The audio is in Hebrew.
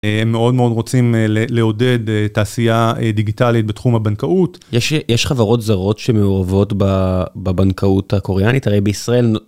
הם מאוד מאוד רוצים לעודד תעשייה דיגיטלית בתחום הבנקאות יש חברות זרות שמעורבות בבנקאות הקוריאנית? הרי בישראל.